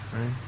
right